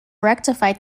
rectified